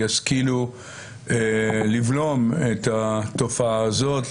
ישכילו לבלום את התופעה הזאת,